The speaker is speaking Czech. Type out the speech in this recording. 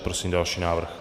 Prosím další návrh.